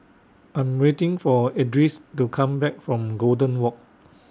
I Am waiting For Edris to Come Back from Golden Walk